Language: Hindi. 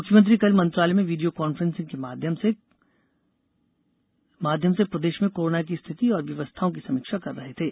मुख्यमंत्री कल मंत्रालय में वीडियो कॉन्फ्रेंसिंग के माध्यम से प्रदेश में कोरोना की स्थिति और व्यवस्थाओं की समीक्षा कर रहे थे